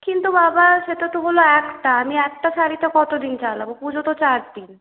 কিন্তু বাবা সেটা তো হলো একটা আমি একটা শাড়িতে কত দিন চালাব পুজো তো চার দিন